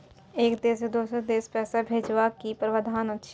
एक देश से दोसर देश पैसा भैजबाक कि प्रावधान अछि??